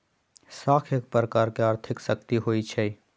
साख एक प्रकार के आर्थिक शक्ति होइ छइ